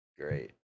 Great